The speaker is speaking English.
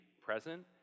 present